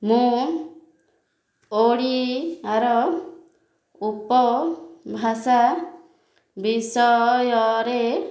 ମୁଁ ଓଡ଼ିଆର ଉପଭାଷା ବିଷୟରେ